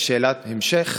שאלת המשך: